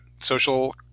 Social